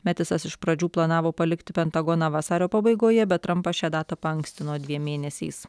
matisas iš pradžių planavo palikti pentagoną vasario pabaigoje bet trampas šią datą paankstino dviem mėnesiais